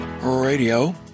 Radio